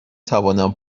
توانم